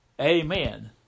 Amen